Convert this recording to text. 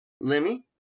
Lemmy